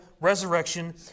resurrection